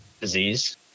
disease